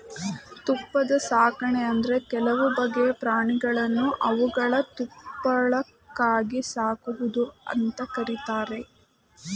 ತುಪ್ಪಳ ಸಾಕಣೆ ಅಂದ್ರೆ ಕೆಲವು ಬಗೆಯ ಪ್ರಾಣಿಗಳನ್ನು ಅವುಗಳ ತುಪ್ಪಳಕ್ಕಾಗಿ ಸಾಕುವುದು ಅಂತ ಕರೀತಾರೆ